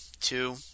two